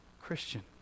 Christian